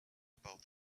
about